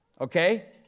Okay